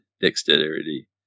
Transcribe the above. dexterity